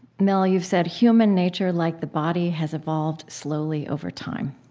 mel, you've said, human nature, like the body, has evolved slowly over time.